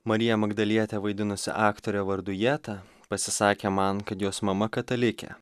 mariją magdalietę vaidinusi aktorė vardu jeta pasisakė man kad jos mama katalikė